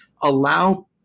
allow